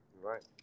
Right